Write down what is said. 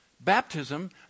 baptism